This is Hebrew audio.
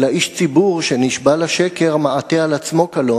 אלא איש ציבור שנשבע לשקר מעטה על עצמו קלון,